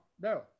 No